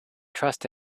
trust